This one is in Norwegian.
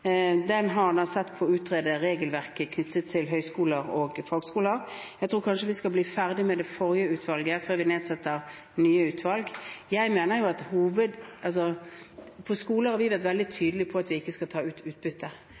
Den har sett på og utredet regelverket knyttet til høyskoler og fagskoler. Jeg tror kanskje vi skal bli ferdig med det forrige utvalget før vi nedsetter nye utvalg. Når det gjelder skoler, har vi vært veldig tydelige på at vi ikke skal ta utbytte.